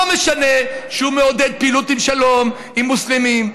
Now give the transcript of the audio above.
לא משנה שהוא מעודד פעילות לשלום עם מוסלמים,